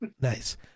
nice